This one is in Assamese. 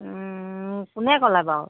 কোনে ক'লে বাৰু